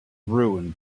ruined